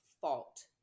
fault